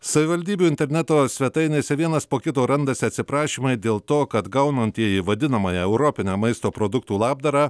savivaldybių interneto svetainėse vienas po kito randasi atsiprašymai dėl to kad gaunantieji vadinamąją europinę maisto produktų labdarą